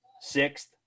sixth